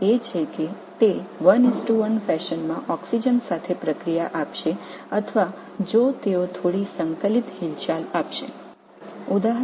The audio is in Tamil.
அதில் என்ன ஆபத்து என்றால் இது 1 1 பாணியில் ஆக்ஸிஜனுடன் வினைபுரியப் போகிறதா அல்லது அவை ஏதேனும் ஒருங்கிணைந்த இயக்கத்தைக் கொண்டிருக்கப் போகிறதா